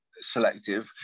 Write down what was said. selective